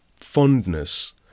fondness